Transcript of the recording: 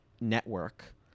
network